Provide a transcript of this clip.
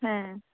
ᱦᱮᱸ